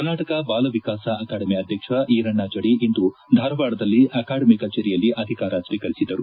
Karnataka Bala Vikasa academy ಅಧ್ಯಕ್ಷ ಈರಣ್ಣ ಜಡಿ ಇಂದು ಧಾರವಾಡದಲ್ಲಿ ಅಕಾಡೆಮಿ ಕಚೇರಿಯಲ್ಲಿ ಅಧಿಕಾರ ಸ್ವೀಕರಿಸಿದರು